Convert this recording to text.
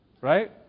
Right